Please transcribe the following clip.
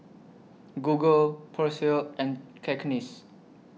Google Persil and Cakenis